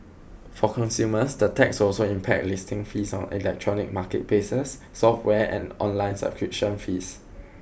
for consumers the tax will also impact listing fees on electronic marketplaces software and online subscription fees